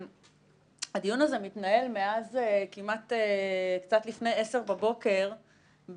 הדיון הזה מתנהל מאז כמעט קצת לפני 10:00 באופן,